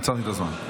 עצרתי את הזמן.